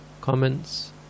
comments